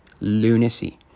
Lunacy